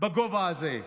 בגובה הזה.